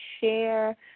share